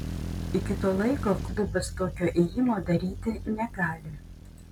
iki to laiko klubas tokio ėjimo daryti negali